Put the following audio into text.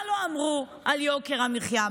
מה לא אמרו על יוקר המחיה.